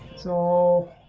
so